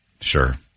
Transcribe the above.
Sure